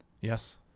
Yes